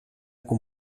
qu’on